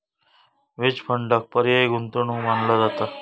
hedge फंडांक पर्यायी गुंतवणूक मानला जाता